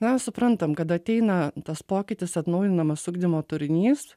na suprantam kad ateina tas pokytis atnaujinamas ugdymo turinys